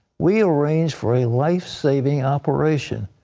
rangearranged for a life-saving operation,